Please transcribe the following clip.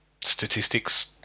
statistics